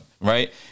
right